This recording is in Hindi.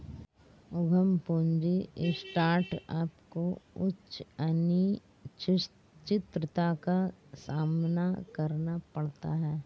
उद्यम पूंजी स्टार्टअप को उच्च अनिश्चितता का सामना करना पड़ता है